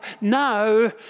Now